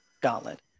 gauntlet